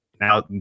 now